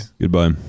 Goodbye